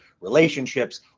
relationships